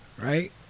Right